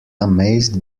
amazed